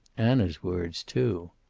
anna's words, too!